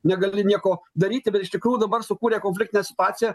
negali nieko daryti bet iš tikrųjų dabar supuolė konfliktinė situacija